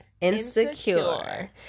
Insecure